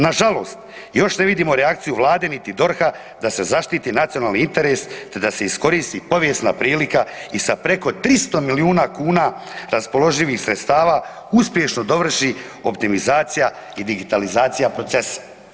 Na žalost, još ne vidimo reakciju Vlade niti DORH-a da se zaštiti nacionalni interes da se iskoristi povijesna prilika i sa preko 300 milijuna kuna raspoloživih sredstava uspješno dovrši optimizacija i digitalizacija procesa.